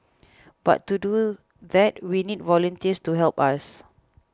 but to do that we need volunteers to help us